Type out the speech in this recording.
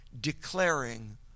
declaring